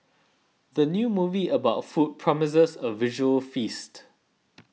the new movie about food promises a visual feast